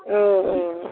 औ औ